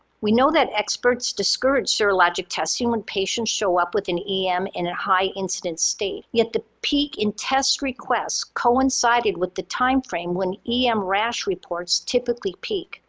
we know that experts discourage serologic testing when patients show up with an em and a high-incidence state, yet the peak in test request coincided with the timeframe when em rash reports typically peak.